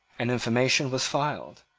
an information was filed.